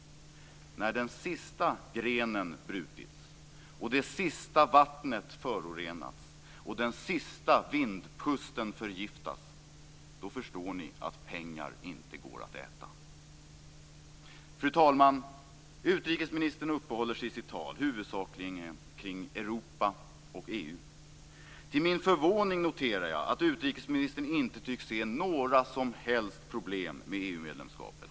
"När den sista grenen brutits och det sista vattnet förorenats och den sista vindpusten förgiftas - då förstår ni att pengar inte går att äta." Fru talman! Utrikesministern uppehåller sig i sitt tal huvudsakligen kring Europa och EU. Till min förvåning noterar jag att utrikesministern inte tycks se några som helst problem med EU-medlemskapet.